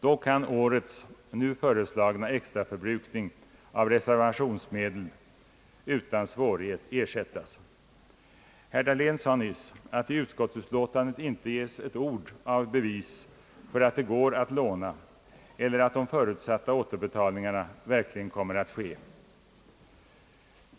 Då kan årets nu föreslagna extraförbrukning av reservationsmedel utan svårighet ersättas. Herr Dahlén framhöll nyss att det i utskottets utlåtande inte förekommer ett ord som bevisar att det finns möjligheter att låna upp medel eller att de förutsatta återbetalningarna verkligen kommer att ske.